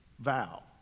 vow